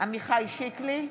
עמיחי שיקלי,